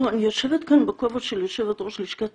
אני יושבת כאן בכובע של יושבת ראש לשכת